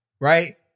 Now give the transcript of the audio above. Right